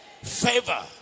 Favor